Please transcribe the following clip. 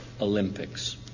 Olympics